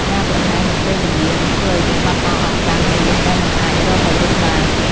ការប្រហែសនឹងពេលវេលា នឹងធ្វើឱ្យយើងបាត់បង់ឱកាសមាសដែលមិនអាចរកមកវិញបាន។